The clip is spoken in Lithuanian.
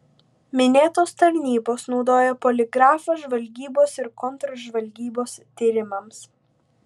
minėtos tarnybos naudoja poligrafą žvalgybos ir kontržvalgybos tyrimams